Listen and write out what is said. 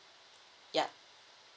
yup